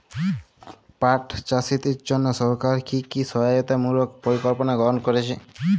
পাট চাষীদের জন্য সরকার কি কি সহায়তামূলক পরিকল্পনা গ্রহণ করেছে?